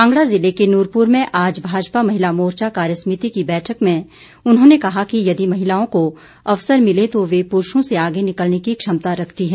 कांगड़ा ज़िले के नूरप्र में आज भाजपा महिला मोर्चा कार्यसभिति की बैठक में उन्होंने कहा कि यदि महिलाओं को अवसर मिलें तो वे प्ररूषों से आगे निकलने की क्षमता रखती हैं